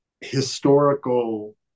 historical